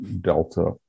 Delta